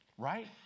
Right